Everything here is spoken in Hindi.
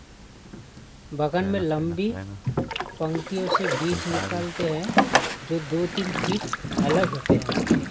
बागान में लंबी पंक्तियों से बीज निकालते है, जो दो तीन फीट अलग होते हैं